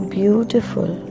beautiful